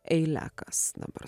eiliakas dabar